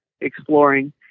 exploring